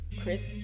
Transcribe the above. chris